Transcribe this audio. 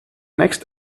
next